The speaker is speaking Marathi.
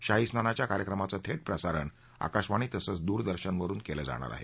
ही स्नानाच्या कार्यक्रमाचं थेट प्रसारण आकाशवाणी तसंच दूरदर्शनवरुन केल जाणार आहे